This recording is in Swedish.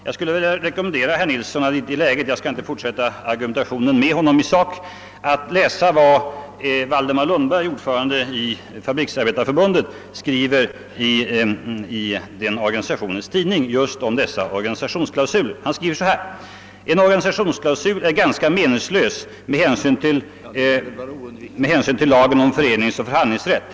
Jag skulle vilja uppmana herr Nilsson att i detta läge — jag skall inte fortsätta argumentationen med honom i sak — läsa vad Valdemar Lundberg, ordförande i Fabriksarbetareförbundet, skriver i den organisationens tidning just om dessa organisationsklausuler. Han skriver: »En organisationsklausul är ganska meningslös med hänsyn till lagen om föreningsoch förhandlingsrätt.